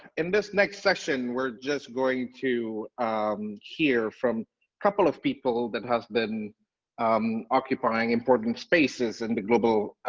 in this next session we're just going to um hear from a couple of people that have been um occupying important spaces in the global,